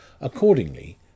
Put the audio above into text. Accordingly